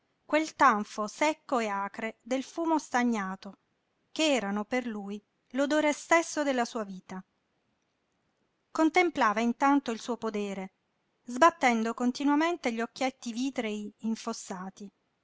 quel tanfo secco e acre del fumo stagnato ch'erano per lui l'odore stesso della sua vita contemplava intanto il suo podere sbattendo continuamente gli occhietti vitrei infossati